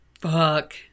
Fuck